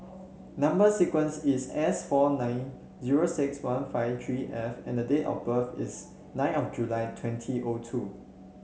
number sequence is S four nine zero six one five three F and date of birth is nine of July twenty O two